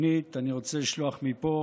שנית, אני רוצה לשלוח מפה